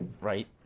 right